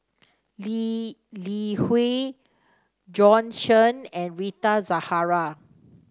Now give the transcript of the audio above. Lee Li Hui Bjorn Shen and Rita Zahara